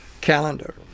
calendar